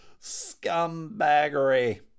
Scumbaggery